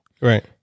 Right